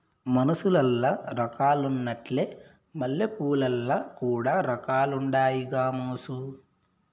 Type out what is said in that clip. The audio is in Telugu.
మనుసులల్ల రకాలున్నట్లే మల్లెపూలల్ల కూడా రకాలుండాయి గామోసు